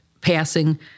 passing